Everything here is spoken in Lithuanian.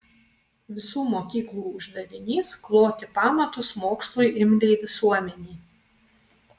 visų mokyklų uždavinys kloti pamatus mokslui imliai visuomenei